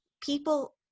people